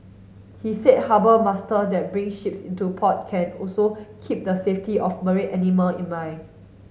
he said harbour master that bring ships into port can also keep the safety of marine animal in mind